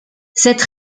cette